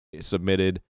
submitted